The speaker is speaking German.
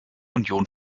union